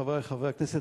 חברי חברי הכנסת,